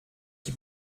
qui